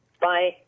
Bye